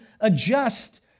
adjust